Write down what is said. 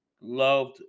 loved